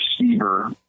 receiver